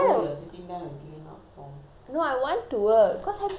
no I want to cause I'm so bored at home